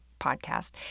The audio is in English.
podcast